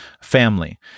family